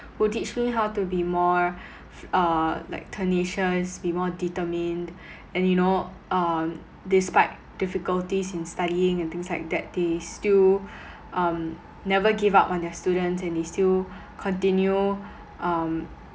who teach me how to be more uh like tenacious be more determined and you know uh despite difficulties in studying and things like that they still um never give up on their students and they still continue um